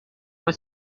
moi